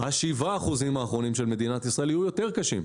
ה-7 אחוזים האחרונים של מדינת ישראל יהיו יותר קשים.